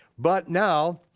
but now,